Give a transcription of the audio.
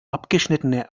abgeschnittene